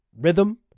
rhythm